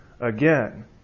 again